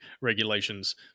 regulations